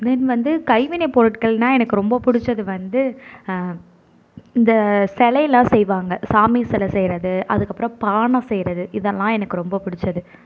தென் வந்து கைவினை பொருட்கள்னா எனக்கு ரொம்ப பிடிச்சது வந்து இந்த சிலை எல்லாம் செய்வாங்க சாமி சிலை செய்வது அதுக்கப்புறம் பானை செய்வது இதெல்லாம் எனக்கு ரொம்ப பிடிச்சது